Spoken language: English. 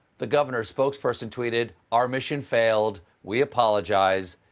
the governor's spokesperson tweeted, our mission failed. we apologize.